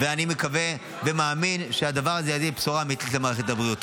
אני מקווה ומאמין שהדבר הזה יביא בשורה אמיתית למערכת הבריאות.